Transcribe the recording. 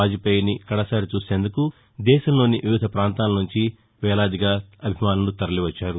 వాజ్పేయాని కడసారి చూసేందుకు దేశంలోని వివిధ ప్రాంతాల నుంచి వేల మంది తరలివచ్చారు